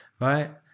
right